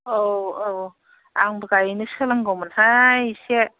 औ औ आंबो गायनो सोलोंगौमोन हाय एसे